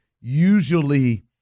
usually